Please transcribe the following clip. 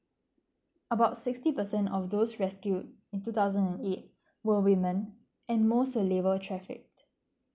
about sixty percent of those rescued in two thousand and eight were women and most were labour traffic